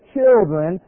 Children